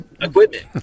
equipment